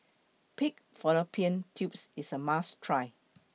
Pig Fallopian Tubes IS A must Try